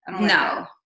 No